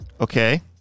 okay